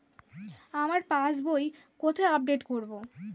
আমার পাস বই কোথায় আপডেট করব?